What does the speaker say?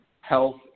health